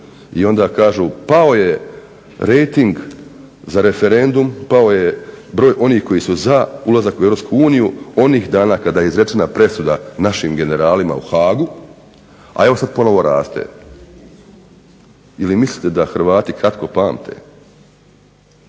i onda kažu pao je rejting za referendum, pao je broj onih koji su za ulazak u EU onih dana kada je izrečena presuda našim generalima u Haagu, a evo sad ponovno raste. Ili mislite da Hrvati kratko pamte